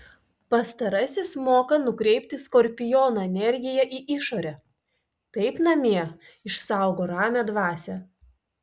pastarasis moka nukreipti skorpiono energiją į išorę taip namie išsaugo ramią dvasią